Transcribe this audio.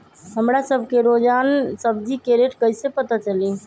हमरा सब के रोजान सब्जी के रेट कईसे पता चली?